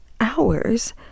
hours